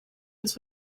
was